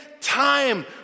time